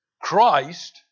Christ